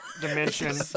dimension